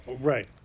Right